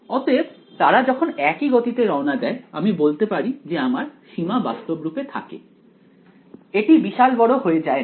অতএব তারা যখন একই গতিতে রওনা দেয় আমি বলতে পারি যে আমার সীমা বাস্তব রূপে থাকে এটি বিশাল বড় হয়ে যায় না